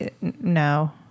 No